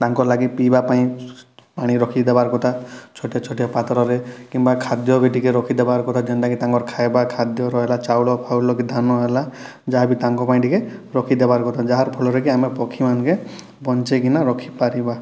ତାଙ୍କର୍ ଲାଗି ପିଇବାପାଇଁ ପାଣି ରଖିଦେବାର୍ କଥା ଛୋଟିଆ ଛୋଟିଆ ପାତ୍ରରେ କିମ୍ବା ଖାଦ୍ୟ ବି ଟିକିଏ ରଖିଦେବାର୍ କଥା ଯେନ୍ତା କି ତାଙ୍କର୍ ଖାଇବା ଖାଦ୍ୟ ରହେଲା ଚାଉଲଫାଉଲ କି ଧାନ ହେଲା ଯାହାବି ତାଙ୍କପାଇଁ ଟିକେ ରଖିଦେବାର୍ କଥା ଯାହାରଫଳରେ କି ଆମେ ପକ୍ଷୀମାନକେ ବଞ୍ଚେଇକିନା ରଖିପାରିବା